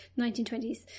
1920s